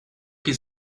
his